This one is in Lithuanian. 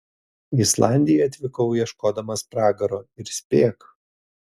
į islandiją atvykau ieškodamas pragaro ir spėk